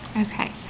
Okay